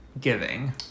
giving